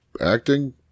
Acting